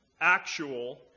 actual